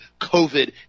COVID